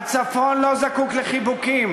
הצפון לא זקוק לחיבוקים.